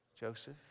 Joseph